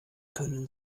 können